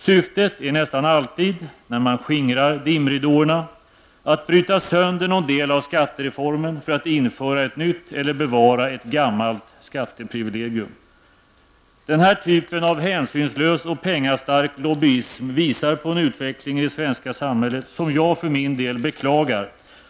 Syftet är nästan alltid, när man skingrar dimridåerna att bryta sönder någon del av skattereformen för att införa ett nytt eller bevara ett gammalt skatteprivilegium. Denna typ av hänsynslös och pengastark lobbyism visar på en utveckling i det svenska samhället som jag för min del beklagar.